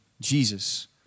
Jesus